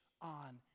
on